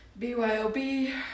Byob